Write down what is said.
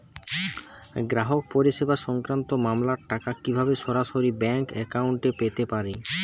গ্রাহক পরিষেবা সংক্রান্ত মামলার টাকা কীভাবে সরাসরি ব্যাংক অ্যাকাউন্টে পেতে পারি?